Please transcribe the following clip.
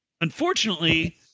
Unfortunately